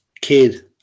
kid